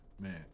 man